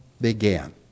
began